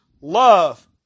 love